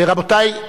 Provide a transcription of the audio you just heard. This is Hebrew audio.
רבותי,